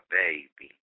baby